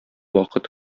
вакыт